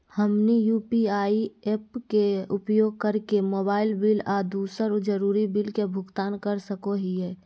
हमनी UPI apps के उपयोग करके मोबाइल बिल आ दूसर जरुरी बिल के भुगतान कर सको हीयई